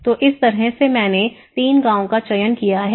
तो इस तरह से मैंने तीन गांवों का चयन किया है